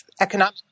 economic